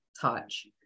touch